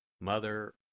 Mother